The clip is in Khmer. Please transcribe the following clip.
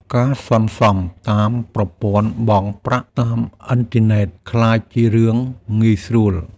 ការសន្សំតាមប្រព័ន្ធបង់ប្រាក់តាមអ៊ីនធឺណិតក្លាយជារឿងងាយស្រួល។